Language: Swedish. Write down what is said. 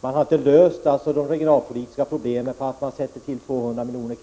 Man har inte löst de regionala problemen därför att man satsat ytterligare 200 miljoner.